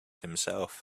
himself